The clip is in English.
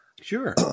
Sure